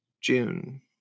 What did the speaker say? june